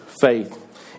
faith